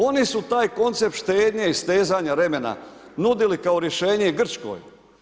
One su taj koncept štednje i stezanja remena nudili i kao rješenje Grčkoj.